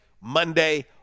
Monday